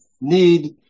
need